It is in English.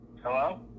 Hello